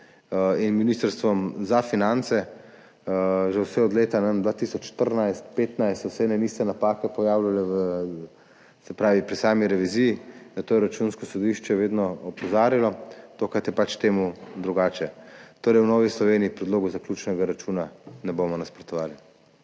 in Ministrstvom za finance. Že vse od leta 2014, 2015 so se pojavljale ene in iste napake pri sami reviziji. Na to je Računsko sodišče vedno opozarjalo, tokrat je pač drugače. Torej, v Novi Sloveniji predlogu zaključnega računa ne bomo nasprotovali.